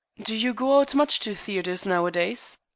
do you go out much to theatres, nowadays?